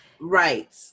Right